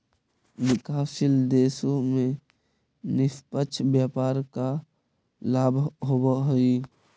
विकासशील देशों में निष्पक्ष व्यापार का लाभ होवअ हई